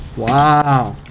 wow